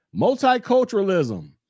Multiculturalism